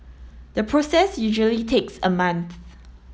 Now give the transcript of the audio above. the process usually takes a month